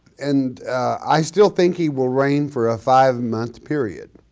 and i still think he will reign for a five month period,